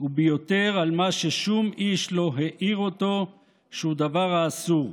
וביותר על מה ששום איש לא העיר אותו שהוא דבר האסור.